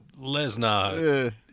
Lesnar